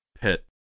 pit